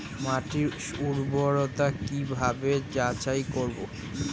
মাটির উর্বরতা কি ভাবে যাচাই করব?